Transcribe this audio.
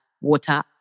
water